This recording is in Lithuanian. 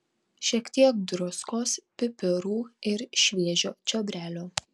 šiek tiek druskos pipirų ir šviežio čiobrelio